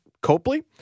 Copley